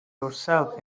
yourself